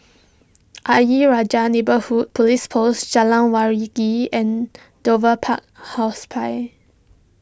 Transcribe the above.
Ayer Rajah Neighbourhood Police Post Jalan Waringin and Dover Park Hospice